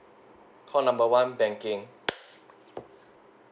call number one banking